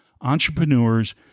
entrepreneurs